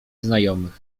znajomych